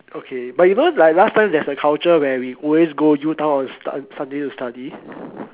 okay but you know like last time there's a culture where we always go U town on sunday to study